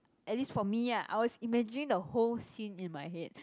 at least for me ah I was imagining the whole scene in my head